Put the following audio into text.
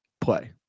play